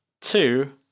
two